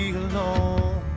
alone